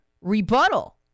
rebuttal